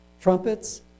Trumpets